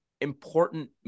important